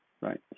right